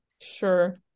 Sure